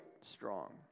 strong